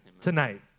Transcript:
tonight